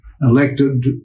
elected